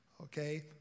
Okay